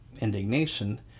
indignation